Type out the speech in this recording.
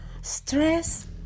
Stress